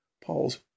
Paul's